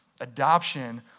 adoption